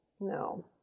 no